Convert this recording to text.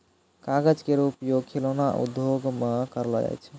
कागज केरो उपयोग खिलौना उद्योग म करलो जाय छै